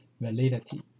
validity